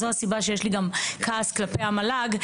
זו הסיבה שיש לי גם כעס כלפי המל"ג.